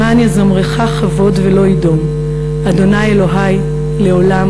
למען יזמרך כבוד ולא יִדֹּם, ה' אלהי לעולם